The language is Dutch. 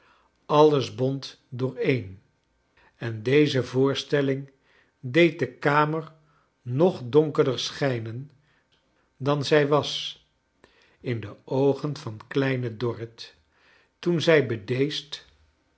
alles bont dooreen en deze voorstelling deed de kamer nog donkerder schijnen dan zij was in de oogen van kleine dorrit toen zij